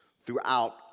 throughout